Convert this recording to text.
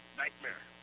nightmare